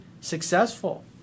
successful